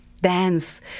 dance